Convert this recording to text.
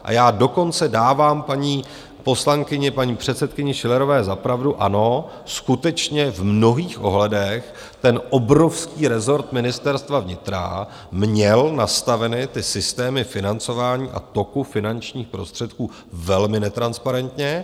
A já dokonce dávám paní poslankyni, paní předsedkyni Schillerové za pravdu, ano, skutečně v mnohých ohledech ten obrovský rezort Ministerstva vnitra měl nastaveny ty systémy financování a toku finančních prostředků velmi netransparentně.